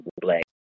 black